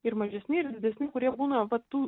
ir mažesni ir didesni kurie būna va tų